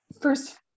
first